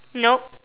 nope